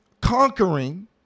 conquering